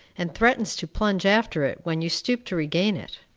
and threatens to plunge after it when you stoop to regain it.